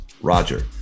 Roger